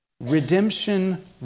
redemption